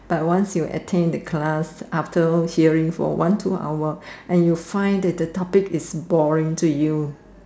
but once you attend a class after hearing for one two hour and you find that topic is boring to you